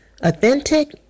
authentic